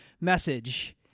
message